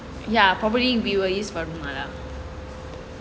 ya probably we will use for rumah lah